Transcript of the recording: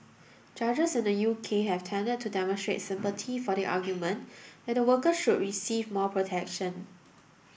judges in the U K have tended to demonstrate sympathy for the argument that the workers should receive more protection